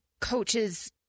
coaches